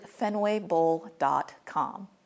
fenwaybowl.com